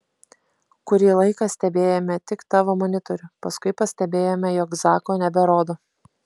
kurį laiką stebėjome tik tavo monitorių paskui pastebėjome jog zako neberodo